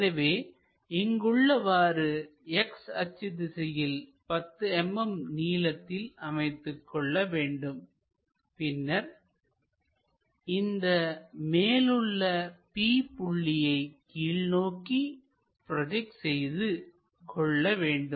எனவே இங்கு உள்ளவாறு X அச்சு திசையில் 10 mm நீளத்தில் அமைத்துக்கொள்ள வேண்டும் பின்னர் இந்த மேலுள்ள P புள்ளியை கீழ்நோக்கி ப்ரோஜெக்ட் செய்து கொள்ள வேண்டும்